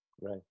right